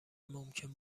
ممکن